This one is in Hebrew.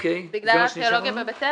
בגלל ארכיאולוגיה בבית אל?